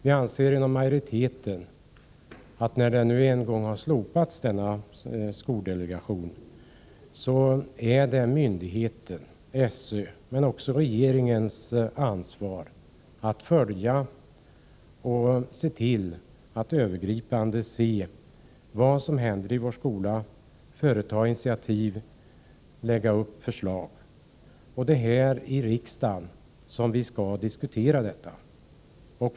Utskottsmajoriteten anser att när denna skoldelegation nu en gång har slopats är det myndigheten, SÖ, och regeringen som skall ha ansvaret för att övergripande följa vad som händer i vår skola, ta initiativ och lägga upp förslag. Det är här i riksdagen som vi skall diskutera sådant.